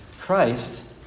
Christ